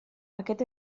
aquest